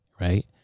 right